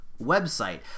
website